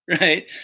Right